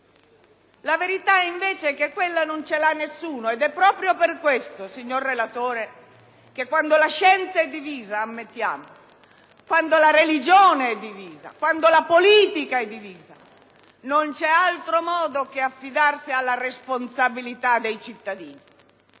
La verità invece non ce l'ha nessuno ed è proprio per questo, signor relatore, che quando la scienza - ammettiamo - è divisa, quando la religione è divisa, quando la politica è divisa, non c'è altro modo che affidarsi alla responsabilità dei cittadini.